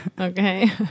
Okay